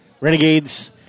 Renegades